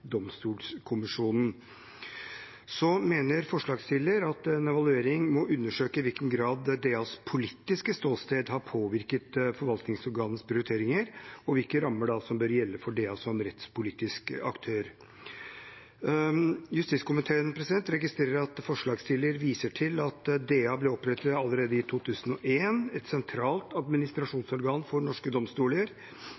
Forslagsstiller mener at en evaluering må undersøke i hvilken grad DAs politiske ståsted har påvirket forvaltningsorganets prioriteringer, og hvilke rammer som bør gjelde for DA som rettspolitisk aktør. Justiskomiteen registrerer at forslagsstilleren viser til at DA ble opprettet allerede i 2001 som et sentralt